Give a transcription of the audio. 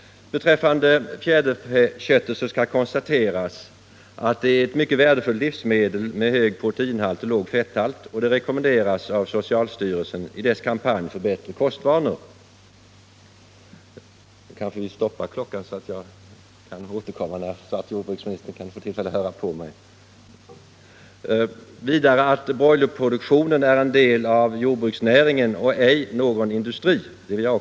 Beträffande fjäderfäköttet kan noteras att det är ett mycket värdefullt livsmedel med hög proteinhalt och låg fetthalt och att det rekommenderas av socialstyrelsen i dess kampanj för bättre kostvanor. Jag vill också slå fast att broilerproduktionen är en del av jordbruksnäringen och ej någon industri.